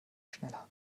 schneller